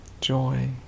joy